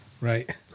Right